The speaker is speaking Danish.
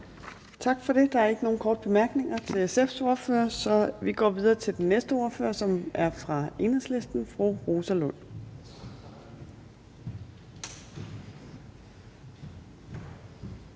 Tak for det. Der er ikke nogen korte bemærkninger til SF's ordfører, så vi går videre til den næste ordfører, som er fra Enhedslisten. Fru Rosa Lund.